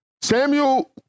Samuel